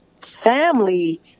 family